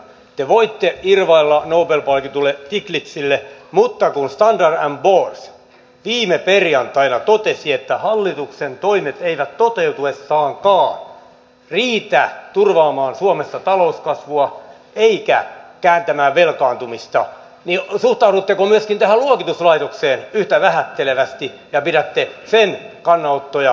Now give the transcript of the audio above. te voitte irvailla nobel palkitulle stiglizille mutta kun standard poors viime perjantaina totesi että hallituksen toimet eivät toteutuessaankaan riitä turvaamaan suomessa talouskasvua eivätkä kääntämään velkaantumista niin suhtaudutteko myös tähän luokituslaitokseen yhtä vähättelevästi ja pidätte sen kannanottoja höpöhöpöpuheina